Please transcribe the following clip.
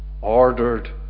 ordered